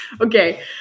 Okay